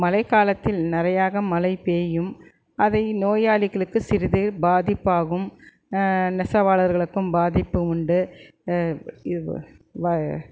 மழை காலத்தில் நிறையாக மழை பேய்யும் அதை நோயாளிகளுக்கு சிறிது பாதிப்பாகும் நெசவாளர்களுக்கும் பாதிப்பு உண்டு